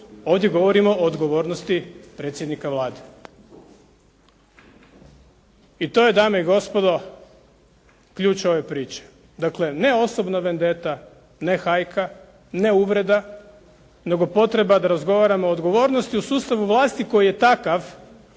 ovdje govorimo o odgovornosti predsjednika Vlade. I to je dame i gospodo ključ ove priče. Dakle ne osobnog … /Ne razumije se./ … ne hajka, ne uvreda nego potreba da razgovaramo o odgovornosti u sustavu vlasti koji je takav